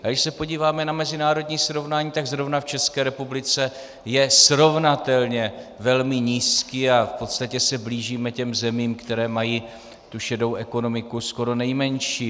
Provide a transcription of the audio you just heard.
A když se podíváme na mezinárodní srovnání, tak zrovna v České republice je srovnatelně velmi nízký a v podstatě se blížíme těm zemím, které mají tu šedou ekonomiku skoro nejmenší.